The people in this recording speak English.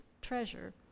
treasure